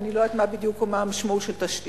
ואני לא יודעת מה בדיוק המשמעות של תשתיות,